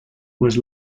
was